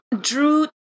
drew